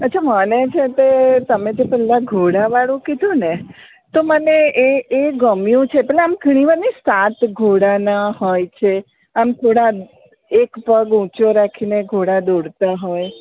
અચ્છા મને છે તે તમે જે પહેલાં ઘોડાવાળું કીધુંને તો મને એ એ ગમ્યું છે પહેલાં ઘણીવાર નહીં સાત ઘોડાનાં હોય છે આમ થોડા એક પગ ઉંચો રાખીને ઘોડા દોડતા હોય